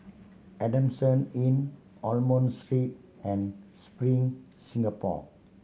Adamson Inn Almond Street and Spring Singapore